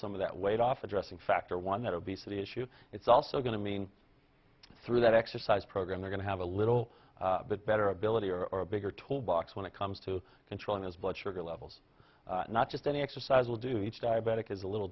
some of that weight off addressing factor one that obesity issue it's also going to mean through that exercise program we're going to have a little bit better ability or a bigger toll box when it comes to controlling his blood sugar levels not just any exercise will do each diabetic is a little